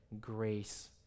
grace